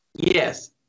yes